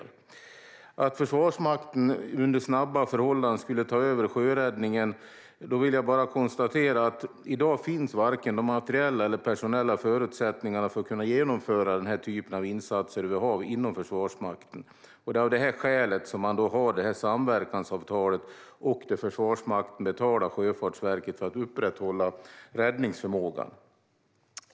När det gäller frågan om att Försvarsmakten under snabba förhållanden skulle ta över sjöräddningen vill jag bara konstatera detta: I dag finns varken de materiella eller personella förutsättningarna för att kunna genomföra den här typen av insatser inom Försvarsmakten. Det är av det skälet som man har detta samverkansavtal, och Försvarsmakten betalar Sjöfartsverket för att upprätthålla räddningsförmågan.